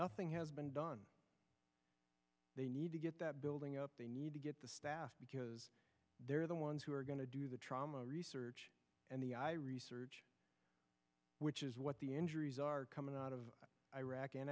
nothing has been done they need to get that building up they need to get the staff because they're the ones who are going to do the trauma research and the i research which is what the injuries are coming out of iraq and